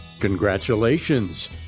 Congratulations